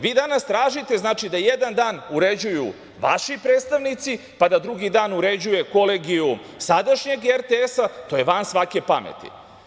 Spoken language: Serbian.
Vi danas tražite, znači, da jedan dan uređuju vaši predstavnici, pa da drugi dan uređuje kolegijum sadašnjeg RTS-a, to je van svake pameti.